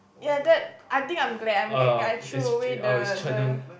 ya that I think I'm glad I mean I threw away the the